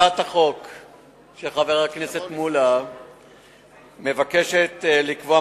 הצעת החוק של חבר הכנסת מולה מבקשת לקבוע